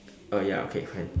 oh ya okay can